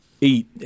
eat